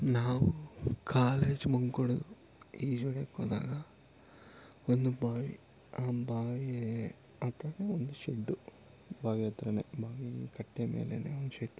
ನಾವು ಕಾಲೇಜ್ ಬಂಕೊಡ್ ಈಜೊಡ್ಯೋಕ್ಕೆ ಹೋದಾಗ ಒಂದು ಬಾವಿ ಆ ಬಾವಿ ಅಥವಾ ಒಂದು ಶಡ್ಡು ಬಾವಿ ಹತ್ತಿರನೆ ಬಾವಿ ಕಟ್ಟೆ ಮೇಲೆನೆ ಒಂದು ಶೆಡ್ಡು